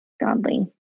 godly